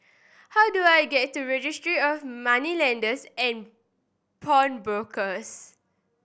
how do I get to Registry of Moneylenders and Pawnbrokers